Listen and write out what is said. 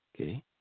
okay